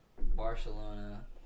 barcelona